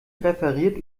referiert